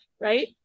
right